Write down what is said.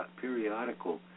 Periodical